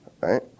Right